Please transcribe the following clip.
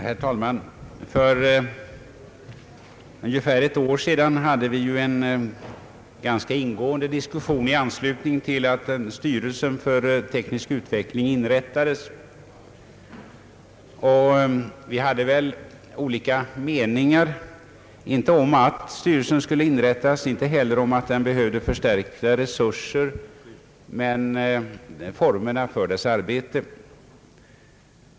Herr talman! För ungefär ett år sedan hade vi en ganska ingående diskussion i anslutning till att styrelsen för teknisk utveckling inrättades. Det rådde olika meningar, inte om att styrelsen skulle inrättas och inte heller om att den behövde förstärkta resurser men om formerna för dess arbete.